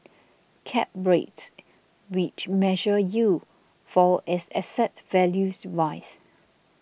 cap rates which measure yield fall as asset values rise